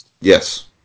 Yes